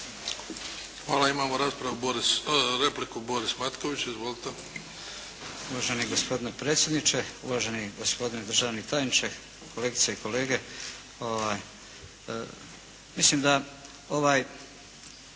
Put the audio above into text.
Izvlite. **Matković, Borislav (HDZ)** Uvaženi gospodine predsjedniče, uvaženi gospodine državni tajniče, kolegice i kolege. Mislim da ovaj